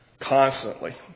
constantly